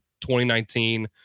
2019